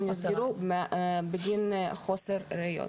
נסגרו בגין חוסר ראיות.